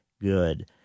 good